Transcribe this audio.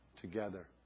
together